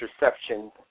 reception